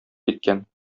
киткән